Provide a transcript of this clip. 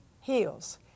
heals